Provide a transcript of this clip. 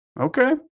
Okay